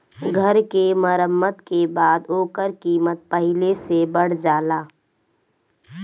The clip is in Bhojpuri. घर के मरम्मत के बाद ओकर कीमत पहिले से बढ़ जाला